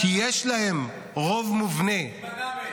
כי יש להם רוב מובנה --- מי מנע מהם?